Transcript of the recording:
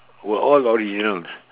were all original